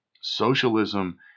Socialism